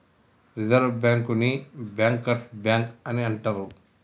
reserve బ్యాంకుని bankers bank అని అంటరు